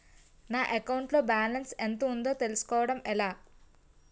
నా అకౌంట్ లో బాలన్స్ ఎంత ఉందో తెలుసుకోవటం ఎలా?